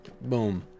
boom